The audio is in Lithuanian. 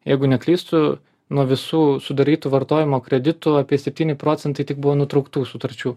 jeigu neklystu nuo visų sudarytų vartojimo kreditų apie septyni procentai tik buvo nutrauktų sutarčių